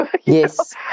yes